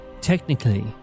technically